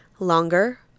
longer